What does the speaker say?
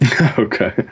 Okay